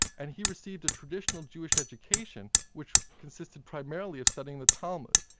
and he received a traditional jewish education which consisted primarily of studying the talmud.